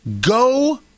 Go